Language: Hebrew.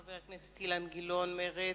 חבר הכנסת אילן גילאון ממרצ.